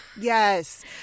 yes